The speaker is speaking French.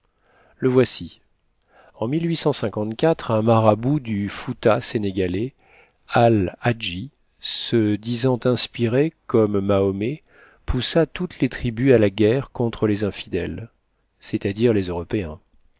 le voici en un marabout du fouta sénégalais al hadji se disant inspiré comme mahomet poussa toutes les tribus à la guerre contre les infidèles c'est-à-dire les européens